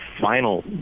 final